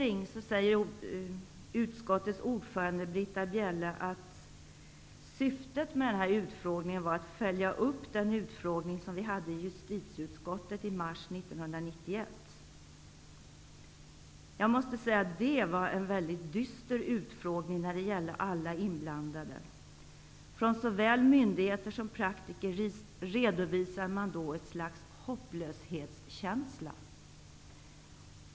I Britta Bjelle att syftet med utfrågningen var att följa upp den utfrågning som vi hade i justitieutskottet i mars 1991. Jag måste säga att det var en mycket dyster utfrågning när det gällde alla inblandade. Från såväl myndigheter som praktiker redovisade man då ett slags hopplöshetskänsla.